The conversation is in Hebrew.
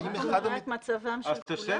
אז תעשה את כולם ב"זום".